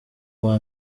uwa